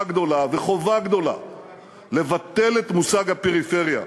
גדולה וחובה גדולה לבטל את מושג הפריפריה.